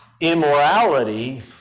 immorality